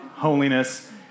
holiness